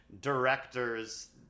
director's